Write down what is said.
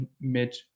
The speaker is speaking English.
mit